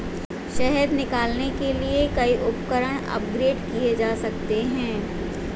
शहद निकालने के लिए कई उपकरण अपग्रेड किए जा सकते हैं